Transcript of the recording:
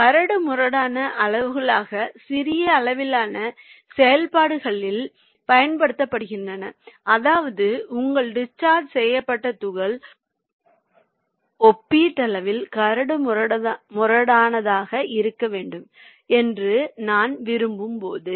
கரடுமுரடான அளவுகளாக சிறிய அளவிலான செயல்பாடுகளில் பயன்படுத்தப்படுகிறது அதாவது உங்கள் டிஸ்சார்ஜ் செய்யப்பட்ட துகள் ஒப்பீட்டளவில் கரடுமுரடானதாக இருக்க வேண்டும் என்று நான் விரும்பும் போது